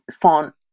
font